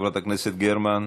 חברת הכנסת גרמן,